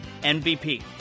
MVP